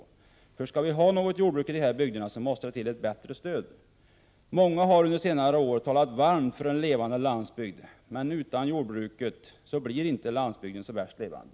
Skall vi — yumodel vidsvensk ha något jordbruk i dessa bygder måste det till ett bättre stöd. Många har PR anpassning till EG under senare år talat varmt för en levande landsbygd, men utan jordbruket blir inte landsbygden så värst levande.